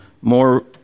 more